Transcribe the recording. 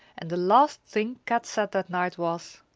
and the last thing kat said that night was,